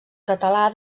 català